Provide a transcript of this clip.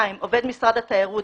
עובד משרד התיירות,